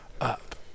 up